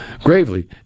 Gravely